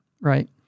right